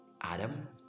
Adam